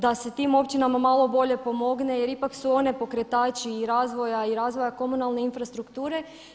Da se tim općinama malo bolje pomogne jer ipak su one pokretači i razvoja i razvoja komunalne infrastrukture.